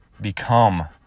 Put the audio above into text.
Become